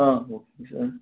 ஆ ஓகேங்க சார்